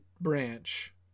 branch